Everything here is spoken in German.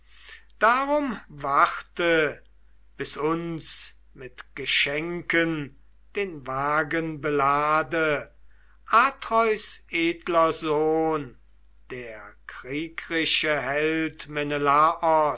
darum warte bis uns mit geschenken den wagen belade atreus edler sohn der kriegrische held